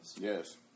Yes